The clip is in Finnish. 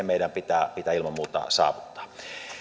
meidän pitää ilman muuta saavuttaa